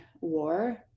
war